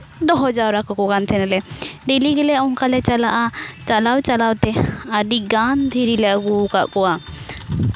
ᱫᱚᱦᱚ ᱡᱟᱣᱨᱟ ᱠᱚᱠᱚ ᱠᱟᱱ ᱛᱟᱦᱮ ᱱᱟᱞᱮ ᱰᱮᱞᱤ ᱜᱮᱞᱮ ᱚᱱᱠᱟ ᱞᱮ ᱪᱟᱞᱟᱜᱼᱟ ᱪᱟᱞᱟᱣ ᱪᱟᱞᱟᱣ ᱛᱮ ᱟᱹᱰᱤ ᱜᱟᱱ ᱫᱷᱤᱨᱤ ᱞᱮ ᱟᱹᱜᱩ ᱠᱟᱜ ᱠᱚᱣᱟ